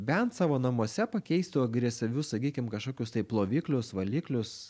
bent savo namuose pakeistų agresyvius sakykim kažkokius tai ploviklius valiklius